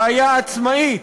ראיה עצמאית,